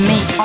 Mix